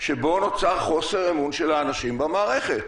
רואה שנוצר חוסר אמון של האנשים במערכת.